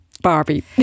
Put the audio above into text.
barbie